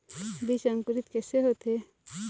बीज अंकुरित कैसे होथे?